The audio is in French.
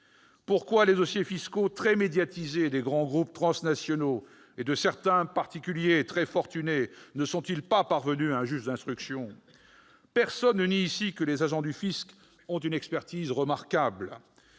Pourquoi les dossiers fiscaux très médiatisés de grands groupes transnationaux et de certains particuliers fortunés ne sont-ils pas parvenus à un juge d'instruction ? Personne ne nie ici que les agents du fisc aient une expertise incomparable.